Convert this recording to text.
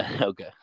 Okay